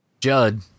Judd